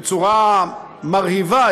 בצורה מרהיבה,